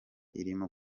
irimo